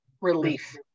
relief